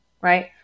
right